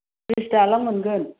bridge दालां मोनगोन